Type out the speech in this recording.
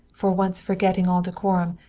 for once forgetting all decorum,